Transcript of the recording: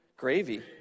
Gravy